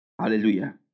Hallelujah